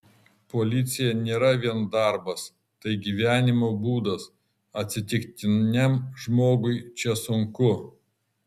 policija nėra vien darbas tai gyvenimo būdas atsitiktiniam žmogui čia sunku